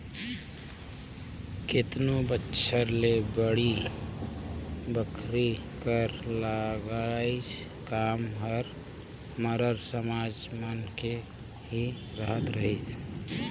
केतनो बछर ले बाड़ी बखरी कर लगई काम हर मरार समाज मन के ही रहत रहिस